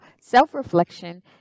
self-reflection